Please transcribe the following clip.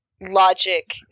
logic